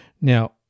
Now